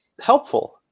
helpful